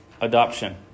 adoption